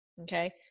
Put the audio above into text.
okay